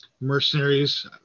mercenaries